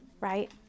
right